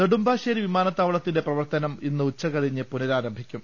നെടുമ്പാശ്ശേരി വിമാനത്താവളത്തിന്റെ പ്രവർത്തനം ഇന്ന് ഉച്ചതിരിഞ്ഞ് പുനരാരംഭിക്കും